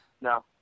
No